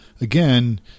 again